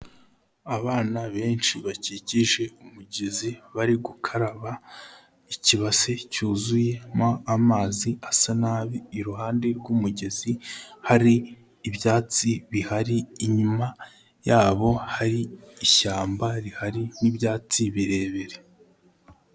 Abana benshi bakikije umugezi bari gukaraba ikibasi cyuzuyemo amazi asa nabi, iruhande rw'umugezi hari ibyatsi bihari, inyuma yabo hari ishyamba rihari n'ibyatsi birebire.